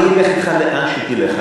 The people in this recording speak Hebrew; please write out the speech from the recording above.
אלך אתך לאן שתלך.